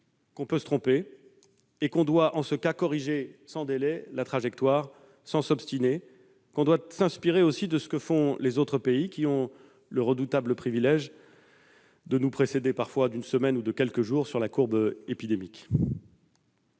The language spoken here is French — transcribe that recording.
l'on peut se tromper et que l'on doit, dans ce cas, corriger sans délai la trajectoire sans s'obstiner, que l'on doit s'inspirer aussi de ce que font les autres pays ayant le redoutable privilège de nous précéder parfois d'une semaine ou de quelques jours sur la courbe épidémique.